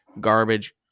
garbage